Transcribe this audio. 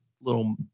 little